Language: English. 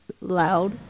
loud